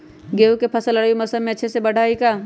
गेंहू के फ़सल रबी मौसम में अच्छे से बढ़ हई का?